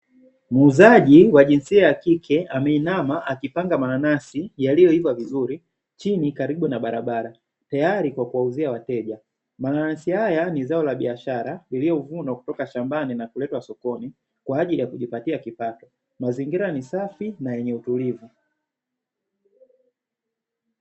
Muuzaji wa jinsia ya kike ameinama akipanga mananasi yaliyoiva vizuri chini karibu na barabara, tayari kwa kuwauzia wateja, mananasi haya ni zao la biashara iliyovunwa kutoka shambani na kuletwa sokoni kwa ajili ya kujipatia kipato. Mazingira ni safi na yenye utulivu.